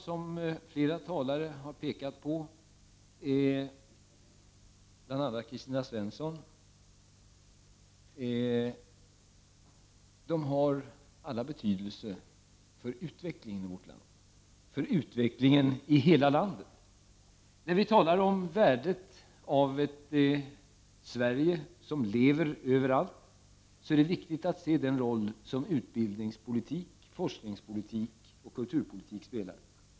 Som flera talare har pekat på, bl.a. Kristina Svensson, har de betydelse för utvecklingen i hela vårt land. När vi talar om värdet av ett Sverige som lever över allt är det viktigt att betrakta den roll som utbildnings-, forsknings-, och kulturpolitiken spelar.